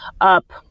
up